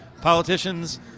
politicians